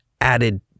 added